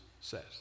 says